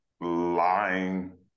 lying